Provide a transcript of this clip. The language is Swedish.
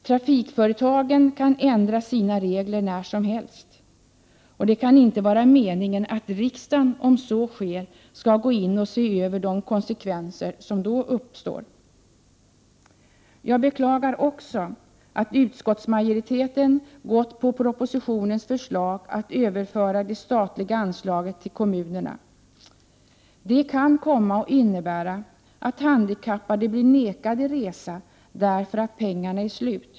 Trafikföretagen kan ändra sina regler när som helst. Och det kan inte vara 101 Prot. 1988/89:107 meningen att riksdagen, om så sker, skall gå in och se över de konsekvenser som då uppstår. Jag beklagar också att utskottsmajoriteten biträtt propositionens förslag att överföra det statliga anslaget till kommunerna. Det kan komma att innebära att handikappade vägras resa därför att pengarna är slut.